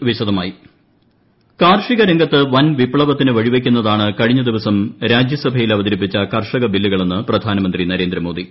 കർഷക ബില്ലുകൾ പ്രധാനമന്ത്രി കാർഷിക രംഗത്ത് വൻ വിപ്ളവത്തിന് വഴിവയ്ക്കുന്നതാണ് കഴിഞ്ഞ ദിവസം രാജ്യസഭയിൽ അവതരിപ്പിച്ച കർഷക ബില്ലുകളെന്ന് പ്രധാനമന്ത്രി നരേന്ദ്രമോദി